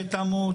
שתמות,